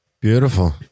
Beautiful